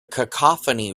cacophony